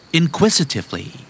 inquisitively